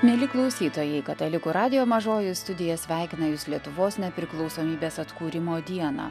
mieli klausytojai katalikų radijo mažoji studija sveikina jus lietuvos nepriklausomybės atkūrimo dieną